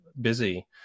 busy